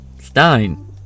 Stein